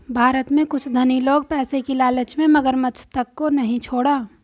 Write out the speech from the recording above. भारत में कुछ धनी लोग पैसे की लालच में मगरमच्छ तक को नहीं छोड़ा